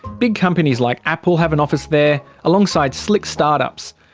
big companies like apple have an office there, alongside slick start-ups.